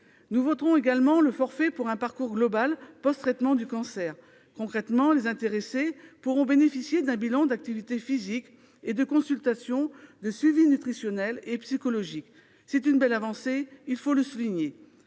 Nous voterons également le forfait pour un parcours global post-traitement du cancer. Concrètement, les intéressés pourront bénéficier d'un bilan d'activité physique, de consultations psychologiques et de suivi nutritionnel. C'est une belle avancée, il faut le souligner.